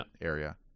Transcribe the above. area